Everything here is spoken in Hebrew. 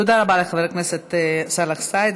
תודה רבה לחבר הכנסת סאלח סעד.